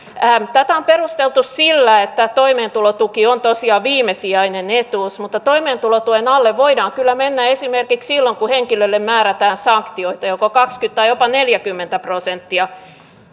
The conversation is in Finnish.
tätä on perusteltu sillä että toimeentulotuki on tosiaan viimesijainen etuus mutta toimeentulotuen alle voidaan kyllä mennä esimerkiksi silloin kun henkilölle määrätään sanktioita joko kaksikymmentä tai jopa neljäkymmentä prosenttia